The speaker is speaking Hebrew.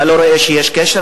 אתה לא רואה שיש קשר,